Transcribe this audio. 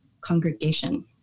congregation